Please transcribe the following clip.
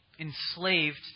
enslaved